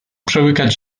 przełykać